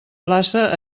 plaça